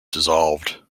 dissolved